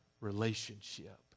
relationship